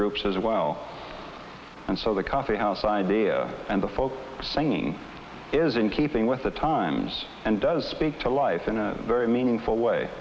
groups as well and so the coffee house idea and the folk singing is in keeping with the times and does speak to life in a very meaningful way